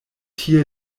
tie